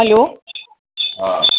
hello हा